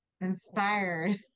inspired